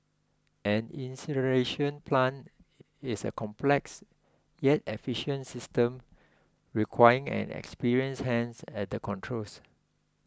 an incineration plant is a complex yet efficient system requiring an experienced hands at the controls